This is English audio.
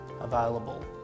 available